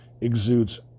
exudes